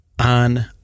on